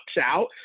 out